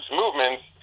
movements